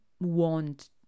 want